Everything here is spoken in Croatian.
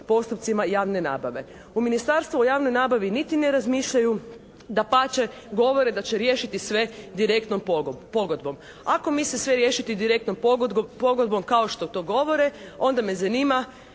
postupcima javne nabave. U ministarstvu o javnoj niti razmišljaju. Dapače, govore da će riješiti sve direktnom pogodbom. Ako misle sve riješiti direktnom pogodbom kao što to govore onda me zanima